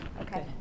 okay